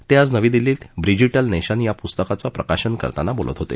ते आज नवी दिल्लीत ब्रिजिटल नेशन या पुस्तकाचं प्रकाशन करताना बोलत होते